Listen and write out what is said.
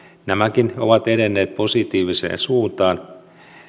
nämäkin ovat edenneet positiiviseen suuntaan